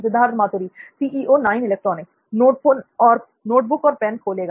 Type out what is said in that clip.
Siddharth Maturi notebook और pen खोलेगा